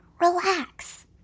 relax